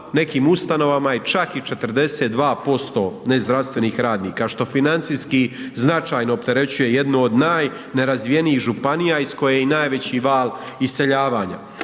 nekim ustanovama je čak i 42% nezdravstvenih radnika što financijski značajno opterećuje jednu od najnerazvijenijih županija iz koje je i najveći val iseljavanja.